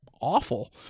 awful